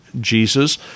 Jesus